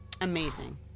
Amazing